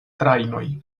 trajnoj